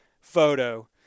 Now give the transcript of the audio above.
photo